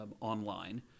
online